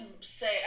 say